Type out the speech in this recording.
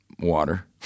water